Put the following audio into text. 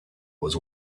was